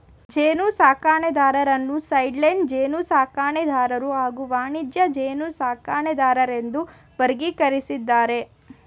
ಜೇನುಸಾಕಣೆದಾರರನ್ನು ಸೈಡ್ಲೈನ್ ಜೇನುಸಾಕಣೆದಾರರು ಹಾಗೂ ವಾಣಿಜ್ಯ ಜೇನುಸಾಕಣೆದಾರರೆಂದು ವರ್ಗೀಕರಿಸಿದ್ದಾರೆ